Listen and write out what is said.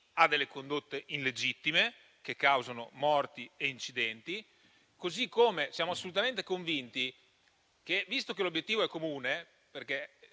ha delle condotte illegittime, che causano morti e incidenti. Così come siamo assolutamente convinti, visto che l'obiettivo è comune, che